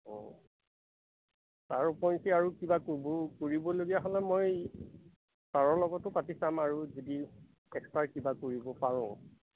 অঁ তাৰ উপৰিঞ্চি আৰু কিবা কৰিব কৰিবলগীয়া হ'লে মই ছাৰৰ লগতো পাতি চাম আৰু যদি এক্সট্ৰা কিবা কৰিব পাৰোঁ